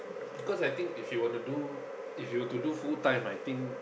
because I think if you want to do if you were to do full time I think